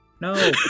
No